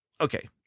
okay